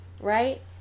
right